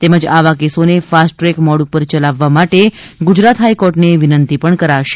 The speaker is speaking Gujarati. તેમજ આવા કેસોને ફાસ્ટ ટ્રેક મોડ પર ચલાવવા માટે ગુજરાત હાઇકોર્ટને વિનંતી પણ કરાશે